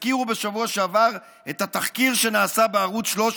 הזכירו בשבוע שעבר את התחקיר שנעשה בערוץ 13,